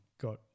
got